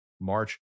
March